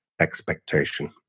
expectation